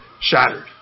shattered